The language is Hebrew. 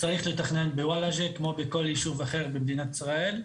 צריך לתכנן בוולאג'ה כמו בכל יישוב אחר במדינת ישראל.